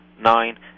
nine